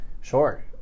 Sure